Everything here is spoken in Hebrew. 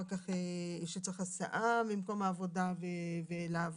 שצריך הסעה ממקום העבודה ואליו.